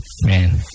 Man